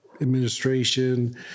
administration